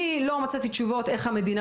אני עוד לא קיבלתי תשובות על איך המדינה